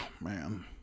man